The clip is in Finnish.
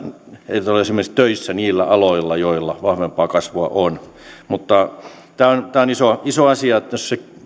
eivät ole olleet töissä niillä aloilla joilla vahvempaa kasvua on mutta tämä on tämä on iso asia koska jos se